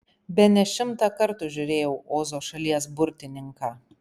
bene šimtą kartų žiūrėjau ozo šalies burtininką